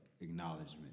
Acknowledgement